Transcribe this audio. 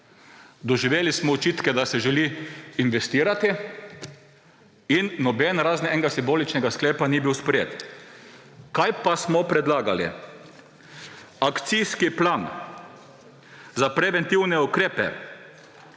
doživeli smo očitke, da se želi investirati, in nobeden razen enega simboličnega sklepa ni bil sprejet. Kaj pa smo predlagali? Akcijski plan za preventivne ukrepe